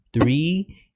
three